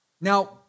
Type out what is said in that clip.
Now